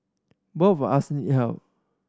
both of us needed help